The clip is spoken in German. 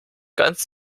ganz